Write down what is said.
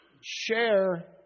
share